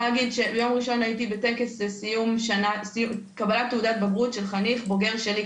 ביום ראשון הייתי בטקס קבלת תעודת בגרות של חינוך בוגר שלי,